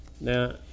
Now